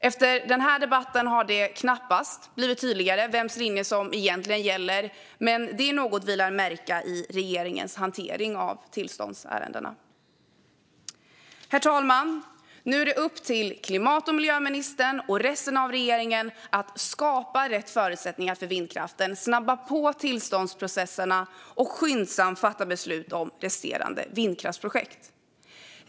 Efter denna debatt har det knappast blivit tydligare vems linje som egentligen gäller, men det är något vi lär märka i regeringens hantering av tillståndsärendena. Herr talman! Nu är det upp till klimat och miljöministern och resten av regeringen att skapa rätt förutsättningar för vindkraften, snabba på tillståndsprocesserna och skyndsamt fatta beslut om resterande vindkraftsprojekt.